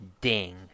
ding